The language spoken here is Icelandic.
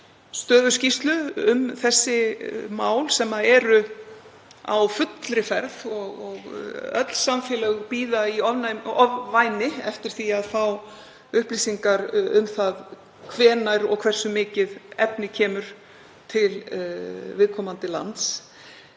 stöðuskýrslu um þessi mál sem eru á fullri ferð. Öll samfélög bíða í ofvæni eftir því að fá upplýsingar um hvenær og hversu mikið efni kemur til viðkomandi lands.